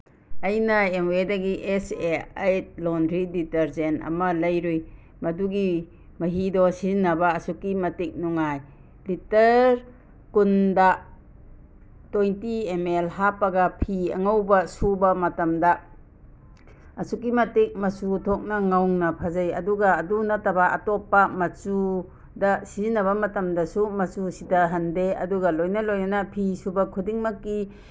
ꯑꯩꯅ ꯑꯦꯝꯋꯦꯗꯒꯤ S A eight laundry detergent ꯑꯃ ꯂꯩꯔꯨꯏ ꯃꯗꯨꯒꯤ ꯃꯍꯤꯗꯣ ꯁꯤꯖꯤꯟꯅꯕ ꯑꯁꯨꯛꯀꯤ ꯃꯇꯤꯛ ꯅꯨꯡꯉꯥꯏ ꯂꯤꯇꯔ ꯀꯨꯟꯗ ꯇ꯭ꯋꯦꯟꯇꯤ ꯑꯦꯝ ꯑꯦꯜ ꯍꯥꯞꯄꯒ ꯐꯤ ꯑꯉꯧꯕ ꯁꯨꯕ ꯃꯇꯝꯗ ꯑꯁꯨꯛꯀꯤ ꯃꯇꯤꯛ ꯃꯆꯨ ꯊꯣꯛꯅ ꯉꯧꯅ ꯐꯖꯩ ꯑꯗꯨꯒ ꯑꯗꯨ ꯅꯠꯇꯕ ꯑꯇꯣꯞꯄ ꯃꯆꯨꯗ ꯁꯤꯖꯤꯟꯅꯕ ꯃꯇꯝꯗꯁꯨ ꯃꯆꯨ ꯁꯤꯗꯍꯟꯗꯦ ꯑꯗꯨꯒ ꯂꯣꯏꯅ ꯂꯣꯏꯅꯅ ꯐꯤ ꯁꯨꯕ ꯈꯨꯗꯤꯡꯃꯛꯀꯤ